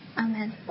Amen